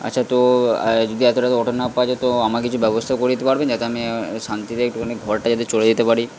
আচ্ছা তো যদি এত রাতে অটো না পাওয়া যায় তো আমার কিছু ব্যবস্থা করে দিতে পারবেন যাতে আমি শান্তিতে একটুখানি ঘরটা যাতে চলে যেতে পারি